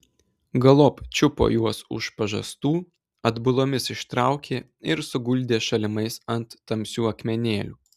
galop čiupo juos už pažastų atbulomis ištraukė ir suguldė šalimais ant tamsių akmenėlių